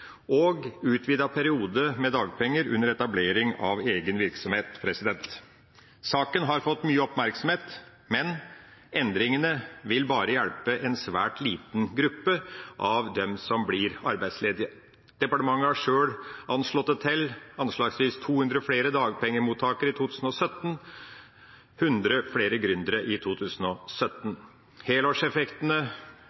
og utvidet periode med dagpenger under etablering av egen virksomhet. Saken har fått mye oppmerksomhet, men endringene vil bare hjelpe en svært liten gruppe av dem som blir arbeidsledige. Departementet har sjøl anslått det til 200 flere dagpengemottakere i 2017, 100 flere gründere i 2017.